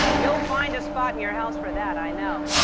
you'll find a spot in your house for that, i know.